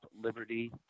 liberty